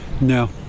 No